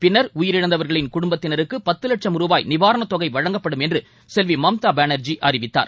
பின்னர் உயிரிழந்தவர்களின் குடும்பத்தினருக்கு பத்து வட்சம் ரூபாய் நிவாரணத்தொகை வழங்கப்படும் என்று செல்வி மம்தா பானர்ஜி அறிவித்தார்